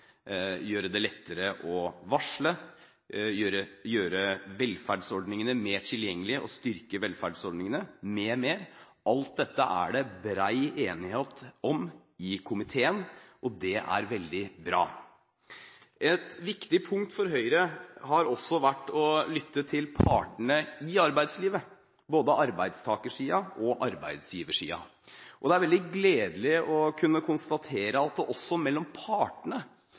gjøre det lettere å varsle, å gjøre velferdsordningene mer tilgjengelige og styrke velferdsordningene m.m., alt dette er det bred enighet om i komiteen, og det er veldig bra. Et viktig punkt for Høyre har også vært å lytte til partene i arbeidslivet – både arbeidstaker- og arbeidsgiversiden. Det er veldig gledelig å kunne konstatere at det også mellom partene